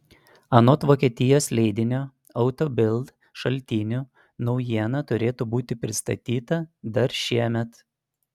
anot vokietijos leidinio auto bild šaltinių naujiena turėtų būti pristatyta dar šiemet